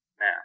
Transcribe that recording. Now